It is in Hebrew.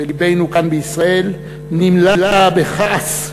ולבנו כאן בישראל נמלא כעס,